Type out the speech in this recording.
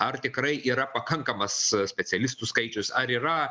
ar tikrai yra pakankamas specialistų skaičius ar yra